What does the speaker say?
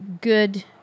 good